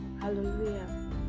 Hallelujah